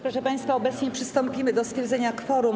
Proszę państwa, obecnie przystąpimy do stwierdzenia kworum.